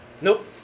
nope